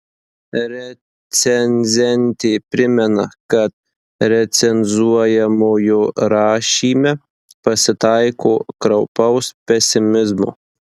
recenzentė primena kad recenzuojamojo rašyme pasitaiko kraupaus pesimizmo